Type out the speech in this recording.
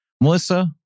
Melissa